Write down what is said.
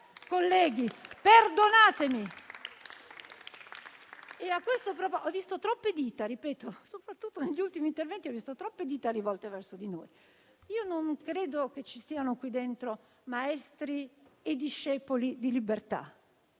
Perdonatemi, ma io ho visto troppe dita, soprattutto negli ultimi interventi, rivolte verso di noi. Io non credo che ci siano qui dentro maestri e discepoli di libertà.